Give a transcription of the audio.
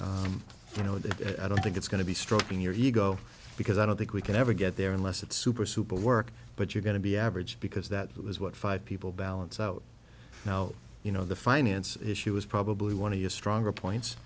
you know that i don't think it's going to be stroking your ego because i don't think we can ever get there unless it's super super work but you're going to be average because that was what five people balance out now you know the finance issue was probably one of the stronger points